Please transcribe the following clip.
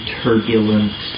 turbulent